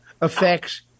affects